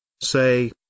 Say